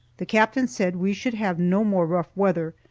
the captain said we should have no more rough weather,